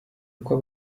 uko